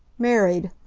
married,